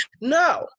No